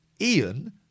ian